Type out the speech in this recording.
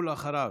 ואחריו,